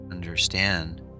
Understand